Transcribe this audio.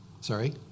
Sorry